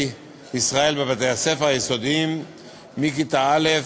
ישראל בבתי-הספר היסודיים מכיתה א'